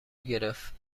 گرفت